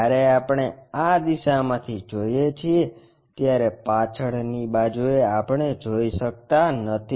જ્યારે આપણે આ દિશામાંથી જોઈએ છીએ ત્યારે પાછળની બાજુએ આપણે જોઈ શકતા નથી